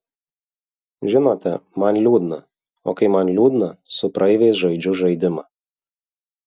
žinote man liūdna o kai man liūdna su praeiviais žaidžiu žaidimą